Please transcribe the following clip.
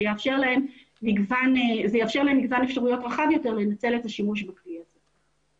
זה יאפשר להן מגוון אפשרויות רחב יותר לנצל את השימוש בכלי הזה.